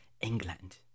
england